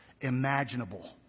imaginable